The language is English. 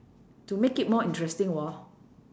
to make it more interesting [wor]